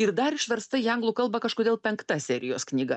ir dar išversta į anglų kalbą kažkodėl penkta serijos knyga